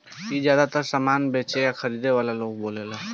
ई ज्यातर सामान खरीदे चाहे बेचे वाला लोग बोलेला